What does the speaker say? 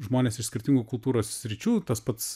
žmonės iš skirtingų kultūros sričių tas pats